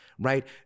right